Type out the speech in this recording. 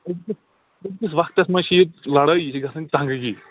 وَقتَس منٛز چھِ ییٚتہِ لَڑٲے یہِ چھِ گَژھان ژَنٛگہٕ گی